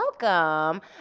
Welcome